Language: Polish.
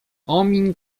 omiń